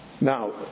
now